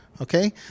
Okay